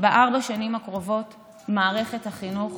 בארבע השנים הקרובות מערכת החינוך